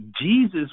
Jesus